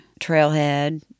Trailhead